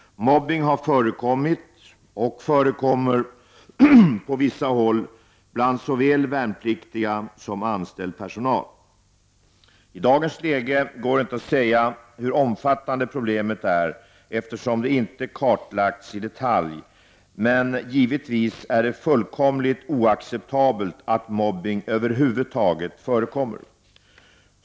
Mobbning har förekommit och förekommer på vissa håll bland såväl värnpliktiga som anställd personal. I dagens läge går det inte att säga hur omfattande problemet är eftersom det inte kartlagts i detalj, men givetvis är det fullkomligt oacceptabelt att mobbning över huvud taget förekommer.